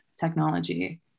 technology